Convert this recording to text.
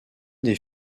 des